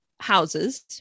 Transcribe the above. houses